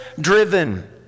driven